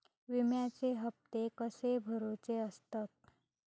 विम्याचे हप्ते कसे भरुचे असतत?